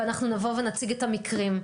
ואנחנו נבוא ונציג את המקרים.